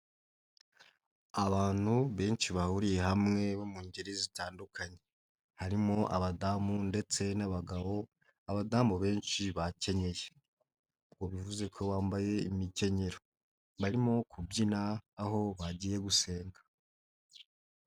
Abantu benshi bahuriye hamwe mu ngeri zitandukanye, harimo abadamu ndetse n'abagabo abadamu benshi bakenyeye. Bivuze ko bambaye imikenyero barimo kubyina, aho bagiye gusenga.